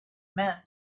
meant